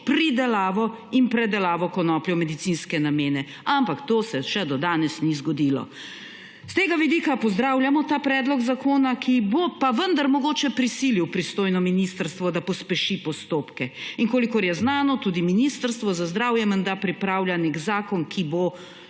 pridelavo in predelavo konoplje v medicinske namene, ampak to se še do danes ni zgodilo. S tega vidika pozdravljamo ta predlog zakona, ki bo pa vendar mogoče prisilil pristojno ministrstvo, da pospeši postopke. In kolikor je znano, tudi Ministrstvo za zdravje menda pripravlja nek zakon, ki bo